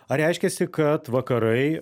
ar reiškiasi kad vakarai